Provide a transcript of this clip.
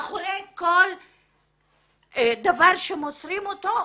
זה לא נשק של פשיעה כאשר מאחורי כל דבר שמוסרים אותו,